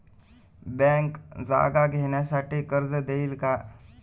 Bank जागा घेण्यासाठी कर्ज देईल का?